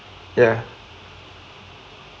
ya